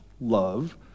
love